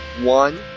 one